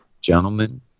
Gentlemen